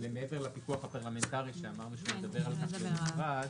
מעבר לפיקוח הפרלמנטרי שאמרנו שנדבר על זה בנפרד,